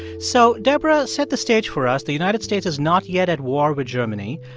so deborah set the stage for us. the united states is not yet at war with germany.